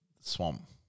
Swamp